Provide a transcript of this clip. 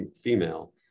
female